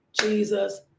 Jesus